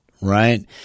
right